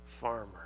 farmer